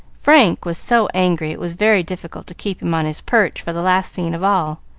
frank was so angry, it was very difficult to keep him on his perch for the last scene of all.